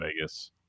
Vegas